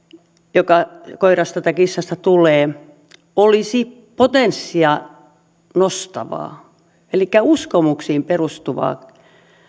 joka koirasta tai kissasta tulee olisi potenssia nostavaa elikkä uskomuksiin perustuvaa